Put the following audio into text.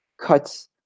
cuts